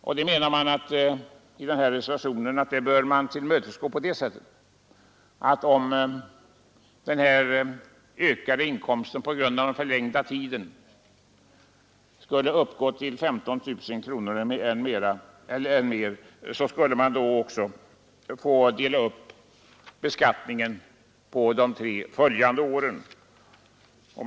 Vi reservanter menar att man bör tillmötesgå reservationen på det sättet, att om den ökade inkomsten på grund av den förlängda tiden uppgår till 15 000 kronor eller mera, så skall den skattskyldige få dela upp skatten på de tre följande åren. Herr talman!